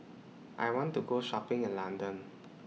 I want to Go Shopping in London